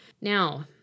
Now